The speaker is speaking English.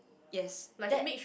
yes that